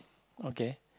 okay